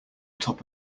top